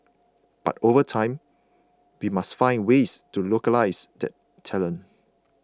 but over time we must find ways to localise that talent